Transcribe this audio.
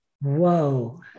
whoa